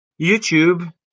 youtube